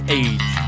age